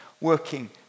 working